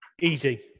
easy